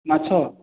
ମାଛ